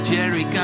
Jerry